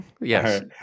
Yes